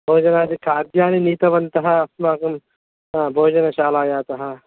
भोजनादिखाद्यानि नीतवन्तः अस्माकं भोजनशालातः